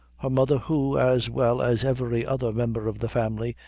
her mother, who, as well as every other member of the family,